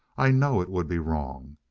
i know it would be wrong.